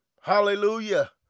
Hallelujah